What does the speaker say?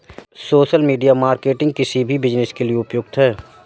social media marketing किसी भी business के लिए उपयुक्त है